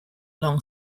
long